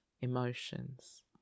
emotions